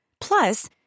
Plus